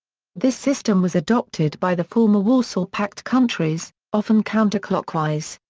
this system was adopted by the former warsaw pact countries, often counterclockwise.